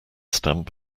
stamp